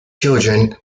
children